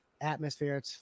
atmosphere